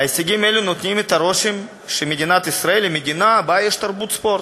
הישגים אלו נותנים את הרושם שמדינת ישראל היא מדינה שיש בה תרבות ספורט.